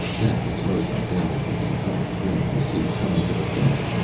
that was most undoubtedly the other twin, you see, coming to the front.